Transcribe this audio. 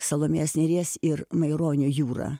salomėjos nėries ir maironio jūra